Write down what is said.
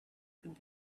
could